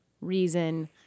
reason